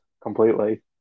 completely